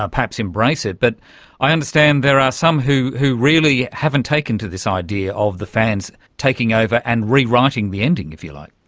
ah perhaps embrace it. but i understand there are some who who really haven't taken to this idea of the fans taking over and rewriting the ending, if you like.